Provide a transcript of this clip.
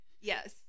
Yes